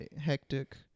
hectic